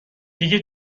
دیگه